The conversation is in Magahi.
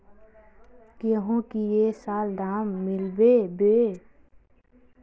गेंहू की ये साल दाम मिलबे बे?